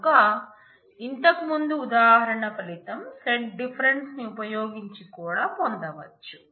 కనుక ఇంతకు ముందు ఉదాహరణ ఫలితం సెట్ డిఫరెన్స్ ని ఉపయోగించి కూడా పొందవచ్చు